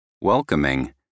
welcoming